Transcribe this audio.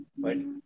right